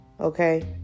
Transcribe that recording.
okay